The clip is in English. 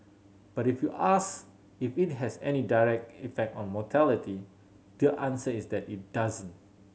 but if you ask if it has any direct effect on mortality the answer is that it doesn't